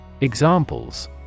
Examples